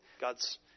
God's